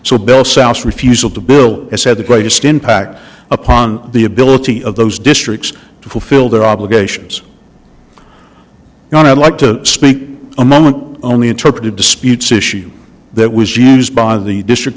so bell south refusal to bill has had the greatest impact upon the ability of those districts to fulfill their obligations and i'd like to speak a moment only interpreted disputes issue that was used by the district